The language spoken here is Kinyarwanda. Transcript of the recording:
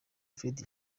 fred